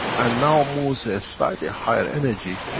and now moves at slightly higher energy,